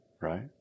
right